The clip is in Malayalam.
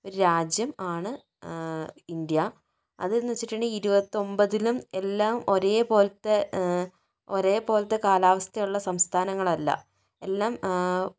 ഒരു രാജ്യം ആണ് ഇന്ത്യ അത് എന്താണെന്ന് വെച്ചിട്ടുണ്ടെങ്കിൽ ഇരുപത്തൊൻപതിലും എല്ലാം ഒരേ പോലത്തെ ഒരേ പോലത്തെ കാലാവസ്ഥയുള്ള സംസ്ഥാനങ്ങൾ അല്ല എല്ലാം